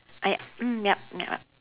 I mm yup mm ya